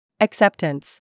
Acceptance